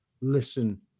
listen